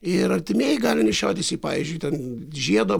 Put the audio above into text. ir artimieji gali nešiotis jį pavyzdžiui ten žiedo